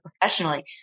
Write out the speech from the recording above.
professionally